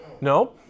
No